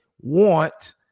want